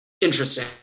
Interesting